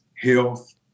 health